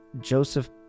Joseph